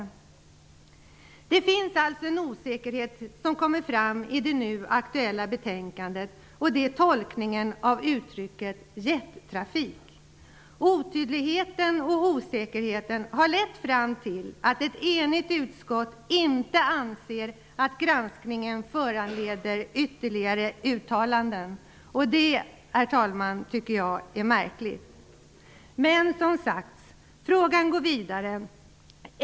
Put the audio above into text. Det finns alltså en osäkerhet som kommer fram i det nu aktuella betänkandet, och det gäller tolkningen av uttrycket ''jettrafik''. Otydligheten och osäkerheten har lett fram till att ett enigt utskott inte anser att granskningen föranleder ytterligare uttalanden. Det tycker jag, herr talman, är märkligt. Men som sagt, frågan går vidare.